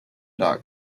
dot